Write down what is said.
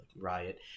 riot